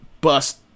bust